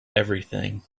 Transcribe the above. everything